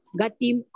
Gatim